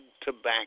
tobacco